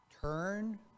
turn